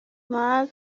mar